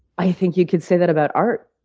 i think you could say that about art.